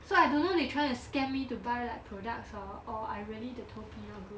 so I don't know they trying to scam me to buy like products or or I really the 头皮 not good